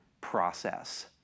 process